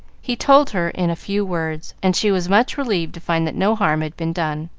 he told her in a few words, and she was much relieved to find that no harm had been done.